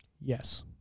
Yes